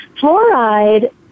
Fluoride